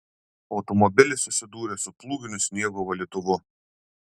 automobilis susidūrė su plūginiu sniego valytuvu